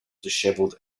dishevelled